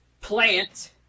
plant